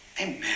Amen